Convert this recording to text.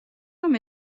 რომ